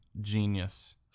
genius